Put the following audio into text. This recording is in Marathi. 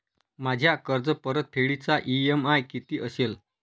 माझ्या कर्जपरतफेडीचा इ.एम.आय किती असेल?